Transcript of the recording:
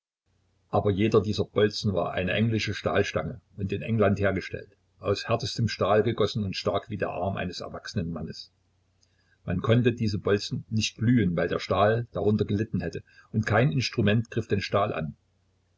aber jeder dieser bolzen war eine englische stahlstange und in england hergestellt aus härtestem stahl gegossen und stark wie der arm eines erwachsenen mannes man konnte diese bolzen nicht glühen weil der stahl darunter gelitten hätte und kein instrument griff den stahl an